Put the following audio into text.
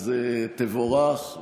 אז תבורך.